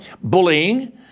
bullying